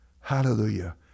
Hallelujah